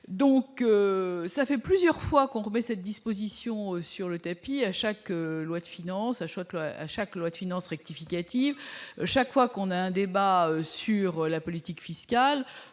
donc ça fait plusieurs fois qu'on remet cette disposition sur le tapis à chaque loi de finances à Châtelet à chaque loi de finances rectificative chaque fois qu'on a un débat sur la politique fiscale,